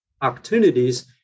opportunities